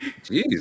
Jeez